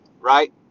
Right